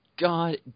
god